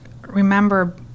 remember